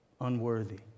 unworthy